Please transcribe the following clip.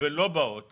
ולא באות